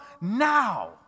now